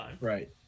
Right